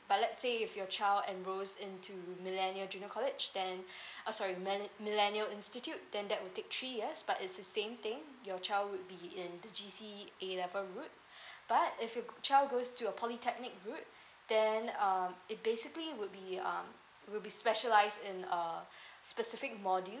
but let's say if your child enrols into millennial junior college then uh sorry mi~ millennial institute then that will take three years but it's the same thing your child would be in the G_C_E A level route but if you could child goes to a polytechnic route then um it basically would be um will be specialise in a specific module